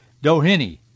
Doheny